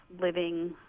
living